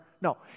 No